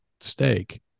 Steak